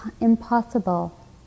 impossible